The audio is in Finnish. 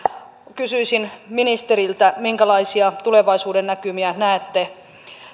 kysyisin ministeriltä minkälaisia tulevaisuuden näkymiä näette